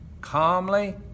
calmly